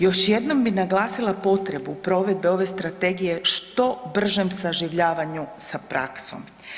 Još jednom bih naglasila potrebu provedbe ove strategije što bržem saživljavanju sa praksom.